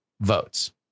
votes